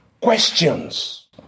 questions